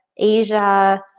asia,